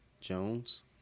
Jones